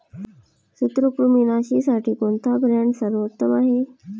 सूत्रकृमिनाशीसाठी कोणता ब्रँड सर्वोत्तम आहे?